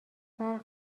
برق